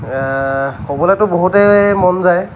ক'বলৈতো বহুতেই মন যায়